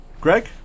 Greg